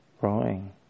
growing